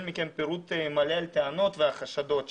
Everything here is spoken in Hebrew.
מכם פירוט מלא על הטענות והחשדות שלכם?